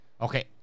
Okay